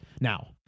Now